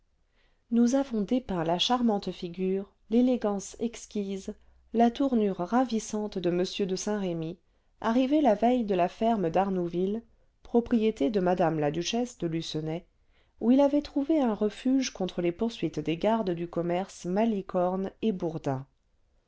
nous avons dépeint la charmante figure l'élégance exquise la tournure ravissante de m de saint-remy arrivé la veille de la ferme d'arnouville propriété de mme la duchesse de lucenay où il avait trouvé un refuge contre les poursuites des gardes du commerce malicorne et bourdin